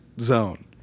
zone